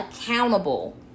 accountable